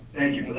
and you for that.